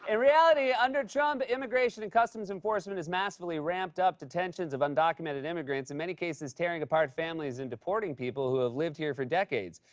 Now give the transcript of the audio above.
ah reality, under trump, immigration and customs enforcement has massively ramped up the tensions of undocumented immigrants, in may cases tearing apart families and deporting people who have lived here for decades.